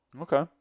Okay